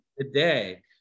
Today